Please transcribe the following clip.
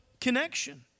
connection